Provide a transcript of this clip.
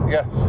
Yes